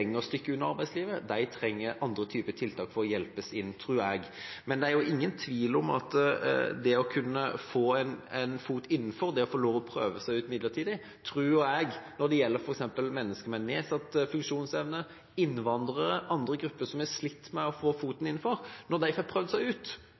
et lenger stykke unna arbeidslivet, trenger andre typer tiltak for å hjelpes inn, tror jeg. Men det er ingen tvil om at det er bra å kunne få en fot innenfor – få lov til å prøve seg ut midlertidig. Når det gjelder f.eks. mennesker med nedsatt funksjonsevne, innvandrere og andre grupper som har slitt med å få foten innenfor, tror jeg de viser at de er dyktige arbeidstakere når de får prøvd seg ut.